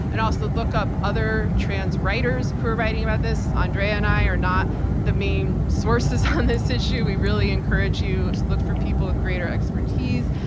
and also look up other trans writers who are writing about this. andrea and i are not the main sources on this issue. we really encourage you to look for people with greater expertise,